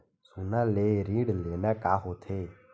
सोना ले ऋण लेना का होथे?